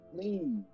Please